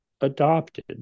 adopted